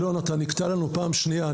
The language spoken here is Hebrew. אלון, אתה נקטע לנו פעם שנייה.